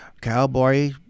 cowboy